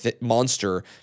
monster